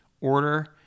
order